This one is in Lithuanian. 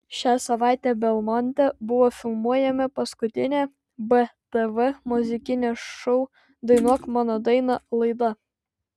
šią savaitę belmonte buvo filmuojama paskutinė btv muzikinio šou dainuok mano dainą laida